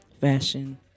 fashion